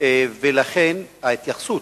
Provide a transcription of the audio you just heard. ולכן ההתייחסות,